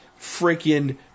freaking